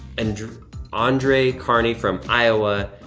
and andre carney from iowa,